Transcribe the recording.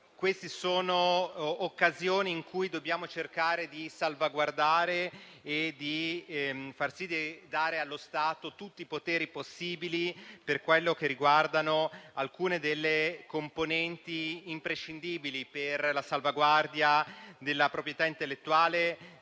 queste sono occasioni in cui dobbiamo cercare di dare allo Stato tutti i poteri possibili per quanto riguarda alcune delle componenti imprescindibili per la salvaguardia della proprietà intellettuale